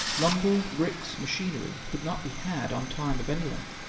lumber, bricks, machinery, could not be had on time of any length,